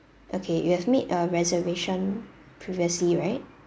okay you have made a reservation previously right